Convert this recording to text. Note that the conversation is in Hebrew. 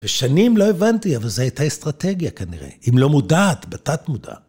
ושנים לא הבנתי, אבל זו הייתה אסטרטגיה כנראה. אם לא מודעת, בתת מודע.